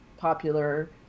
popular